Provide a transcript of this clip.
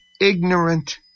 ignorant